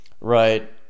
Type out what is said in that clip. Right